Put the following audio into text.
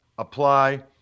Apply